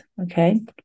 okay